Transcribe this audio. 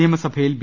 നിയമസഭയിൽ ബി